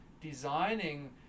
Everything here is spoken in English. designing